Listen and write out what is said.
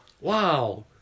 Wow